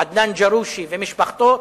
עדנאן ג'רושי ומשפחתו,